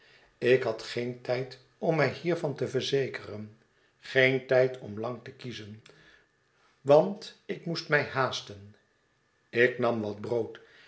ik had geen tijd om mij hiervan te verzekeren geen tijd om lang te kiezen want ik moest mij haasten ik nam wat brood